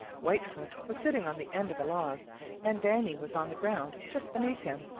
whitefoot was sitting on the end of a log and danny was on the ground just beneath him.